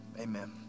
amen